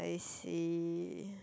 I see